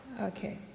Okay